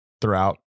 throughout